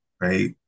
right